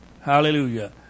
Hallelujah